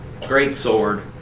greatsword